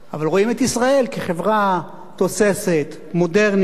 אבל רואים את ישראל כחברה תוססת, מודרנית,